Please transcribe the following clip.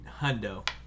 Hundo